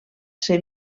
ser